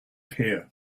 here